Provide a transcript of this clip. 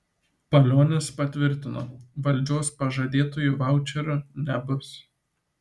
palionis patvirtino valdžios pažadėtųjų vaučerių nebus